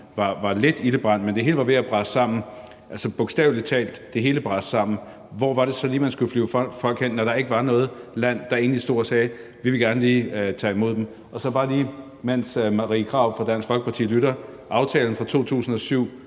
sådan lidt ildebrand, men hvor det hele var ved at brase sammen – altså, bogstavelig talt braste det hele sammen – hvor var det så lige, man skulle flyve folk hen, når der egentlig ikke var noget land, der stod og sagde, at de gerne lige ville tage imod dem? Og så vil jeg bare lige, mens Marie Krarup fra Dansk Folkeparti lytter, sige, at aftalen fra 2007